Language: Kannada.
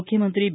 ಮುಖ್ಯಮಂತ್ರಿ ಬಿ